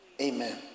amen